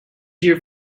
your